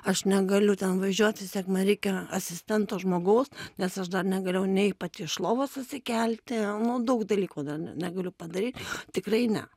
aš negaliu ten važiuot vis tiek man reikia ir asistento žmogaus nes aš dar negalėjau nei pati iš lovos atsikelti nu daug dalykų dar ne negaliu padaryt tikrai ne